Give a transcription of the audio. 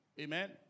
Amen